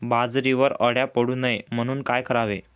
बाजरीवर अळ्या पडू नये म्हणून काय करावे?